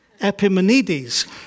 Epimenides